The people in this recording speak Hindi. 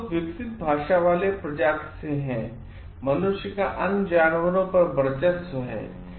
हम लोग विकसित भाषा वाले प्रजाति से हैं मनुष्य का अन्य जानवरों पर बर्चस्व है